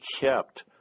kept